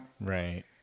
Right